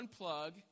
unplug